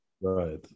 right